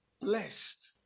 Blessed